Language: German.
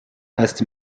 heißt